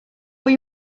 what